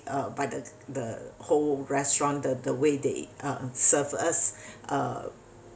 uh by the the whole restaurant the the way they uh serve us uh